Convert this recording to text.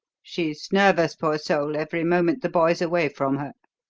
she's nervous, poor soul, every moment the boy's away from her.